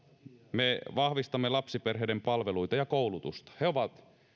me vahvistamme lapsiperheiden palveluita ja koulutusta